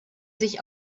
sich